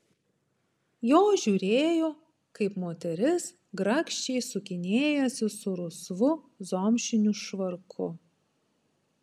jos žiūrėjo kaip moteris grakščiai sukinėjasi su rusvu zomšiniu švarku